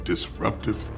Disruptive